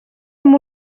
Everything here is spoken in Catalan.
amb